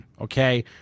okay